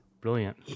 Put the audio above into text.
Brilliant